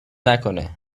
نکنه